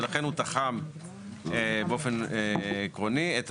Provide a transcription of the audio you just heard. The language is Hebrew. ולכן, הוא תחם באופן עקרונית את